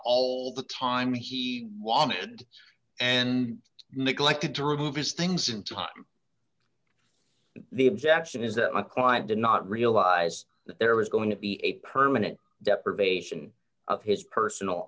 all the time he wanted and neglected to remove his things in time the objection is that my client did not realize that there was going to be a permanent deprivation of his personal